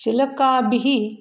शिलकाभिः